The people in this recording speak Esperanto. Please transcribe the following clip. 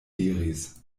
diris